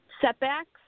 setbacks